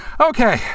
Okay